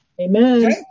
Amen